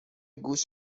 گوش